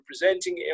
representing